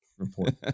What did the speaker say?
report